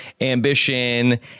ambition